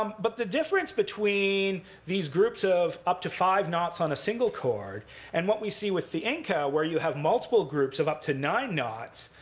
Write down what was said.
um but the difference between these groups of up to five knots on a single cord and what we see with the inca, where you have multiple groups of up to nine knots